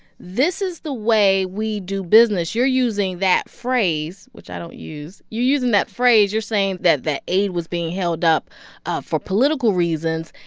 this is the way we do business. you're using that phrase, which i don't use. you're using that phrase. you're saying that the aid was being held up ah for political reasons.